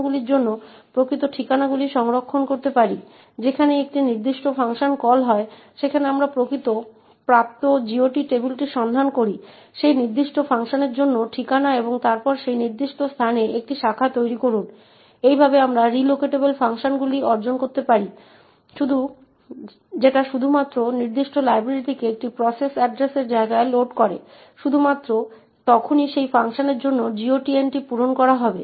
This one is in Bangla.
আগে দেখা গেছে মূলত একটি গ্লোবাল ভ্যারিয়েবল s আছে এবং আমরা যা করতে চাই তা হল প্রিন্টএফ এর দুর্বলতা ব্যবহার করা যা এখানে উপস্থিত রয়েছে এবং s পরিবর্তন করতে সক্ষম হবে